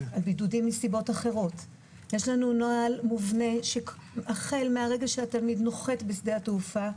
יש נוהל מובנה שהחל מהרגע שהתלמיד נוחת בשדה התעופה,